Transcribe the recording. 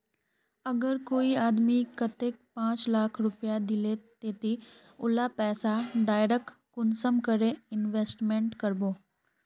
अगर कोई आदमी कतेक पाँच लाख रुपया दिले ते ती उला पैसा डायरक कुंसम करे इन्वेस्टमेंट करबो?